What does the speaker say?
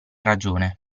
ragione